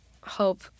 hope